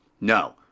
no